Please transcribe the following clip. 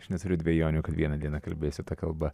aš neturiu dvejonių kaip vieną dieną kalbėsiu ta kalba